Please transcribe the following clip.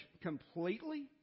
completely